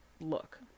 look